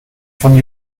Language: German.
von